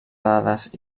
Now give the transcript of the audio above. dades